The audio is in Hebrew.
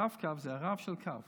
רב-קו זה הרב של קו.